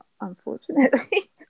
unfortunately